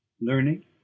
learning